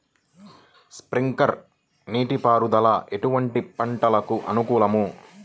Sprinkler నీటిపారుదల ఎటువంటి పంటలకు అనుకూలము?